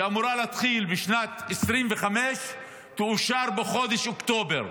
שאמורה להתחיל בשנת 2025, תאושר בחודש אוקטובר.